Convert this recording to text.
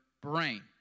brain